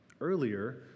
earlier